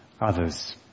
others